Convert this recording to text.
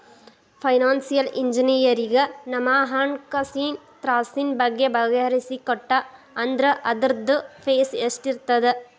Financial ಇಂಜಿನಿಯರಗ ನಮ್ಹಣ್ಕಾಸಿನ್ ತ್ರಾಸಿನ್ ಬಗ್ಗೆ ಬಗಿಹರಿಸಿಕೊಟ್ಟಾ ಅಂದ್ರ ಅದ್ರ್ದ್ ಫೇಸ್ ಎಷ್ಟಿರ್ತದ?